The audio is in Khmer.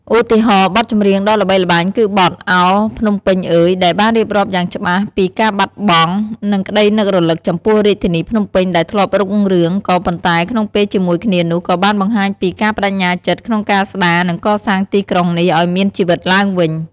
ឧទាហរណ៍បទចម្រៀងដ៏ល្បីល្បាញគឺបទ "ឱ! ភ្នំពេញអើយ" ដែលបានរៀបរាប់យ៉ាងច្បាស់ពីការបាត់បង់ និងក្តីនឹករលឹកចំពោះរាជធានីភ្នំពេញដែលធ្លាប់រុងរឿង ក៏ប៉ុន្តែក្នុងពេលជាមួយគ្នានោះ ក៏បានបង្ហាញពី ការប្ដេជ្ញាចិត្ត ក្នុងការស្តារ និងកសាងទីក្រុងនេះឲ្យមានជីវិតឡើងវិញ។